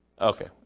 Okay